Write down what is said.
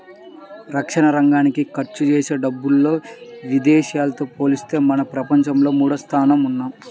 రక్షణరంగానికి ఖర్చుజేసే డబ్బుల్లో ఇదేశాలతో పోలిత్తే మనం ప్రపంచంలో మూడోస్థానంలో ఉన్నాం